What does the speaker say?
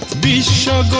be shot